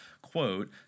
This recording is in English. Quote